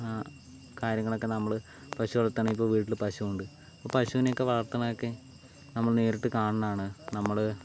കാര്യങ്ങളൊക്കെ നമ്മള് പശു വളത്താൻ ഇപ്പോൾ വീട്ടിൽ പശു ഉണ്ട് അപ്പം പശൂനെ ഒക്കെ വളർത്തണതൊക്കെ നമ്മൾ നേരിട്ട് കാണന്നതാണ് നമ്മൾ